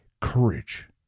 courage